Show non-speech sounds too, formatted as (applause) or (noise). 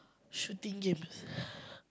shooting games (breath)